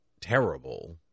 terrible